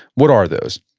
what are those?